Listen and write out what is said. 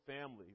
family